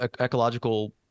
ecological